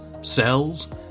cells